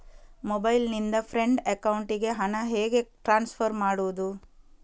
Mobile ನಿಂದ friend ಅಕೌಂಟಿಗೆ ಹಣ ಹೇಗೆ ಟ್ರಾನ್ಸ್ಫರ್ ಮಾಡುವುದು?